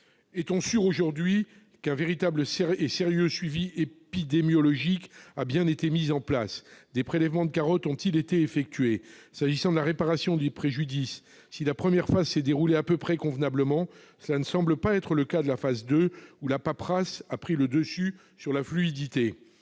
Est-on sûr, aujourd'hui, qu'un véritable suivi épidémiologique sérieux a bien été mis en place ? Des prélèvements de carottes ont-ils été effectués ? S'agissant de la réparation des préjudices, si la première phase s'est déroulée à peu près convenablement, cela ne semble pas être le cas de la deuxième phase : la paperasse a pris le dessus sur la fluidité.